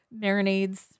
marinades